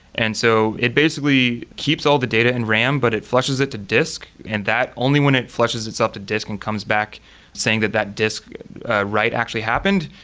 and so it basically keeps all the data in ram, but it flushes it to disk. and that only when it flushes itself to disk, it and comes back saying that that disk write actually happened.